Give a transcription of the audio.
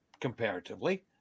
comparatively